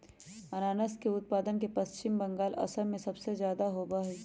अनानस के उत्पादन पश्चिम बंगाल, असम में सबसे ज्यादा होबा हई